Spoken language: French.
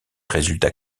résultats